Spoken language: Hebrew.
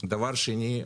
דבר שני,